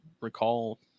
recall